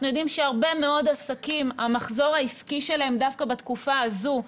אנחנו יודעים שהרבה מאוד עסקים המחזור העסקי שלהם דווקא בתקופה הזו,